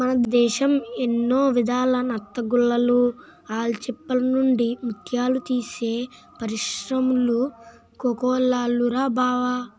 మన దేశం ఎన్నో విధాల నత్తగుల్లలు, ఆల్చిప్పల నుండి ముత్యాలు తీసే పరిశ్రములు కోకొల్లలురా బావా